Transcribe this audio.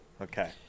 Okay